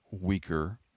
weaker